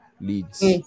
leads